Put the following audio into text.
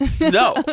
No